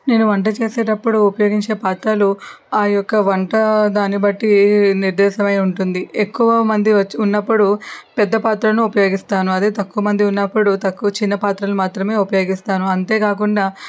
నేను వంట చేసేటప్పుడు ఉపయోగించే పాత్రలు ఆ యొక్క వంట దానిబట్టి నిర్దేశమై ఉంటుంది ఎక్కువ మంది ఉన్నప్పుడు వచ్చి పెద్ద పాత్రను ఉపయోగిస్తాను అదే తక్కువ మంది ఉన్నప్పుడు తక్కువ చిన్న పాత్రలని మాత్రమే ఉపయోగిస్తాను అంతేకాకుండా